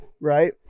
right